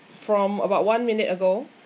from about one minute ago